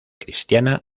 cristiana